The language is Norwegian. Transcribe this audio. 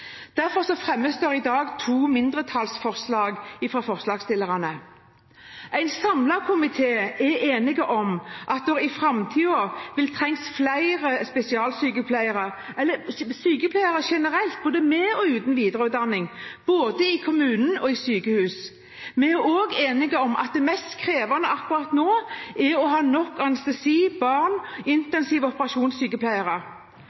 Derfor fremmes det i dag to mindretallsforslag fra forslagsstillerne. En samlet komité er enig i at det i framtiden vil trenges flere spesialsykepleiere, eller sykepleiere generelt, både med og uten videreutdanning, både i kommunen og i sykehus. Vi er også enige om at det mest krevende akkurat nå, er å ha nok anestesi-,